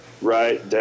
right